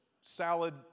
salad